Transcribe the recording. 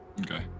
Okay